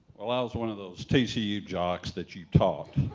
well i was one of those tcu jocks that you taught.